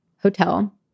hotel